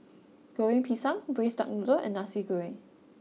Goreng Pisang Braised Duck Noodle and Nasi Goreng